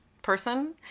person